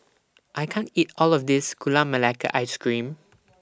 I can't eat All of This Gula Melaka Ice Cream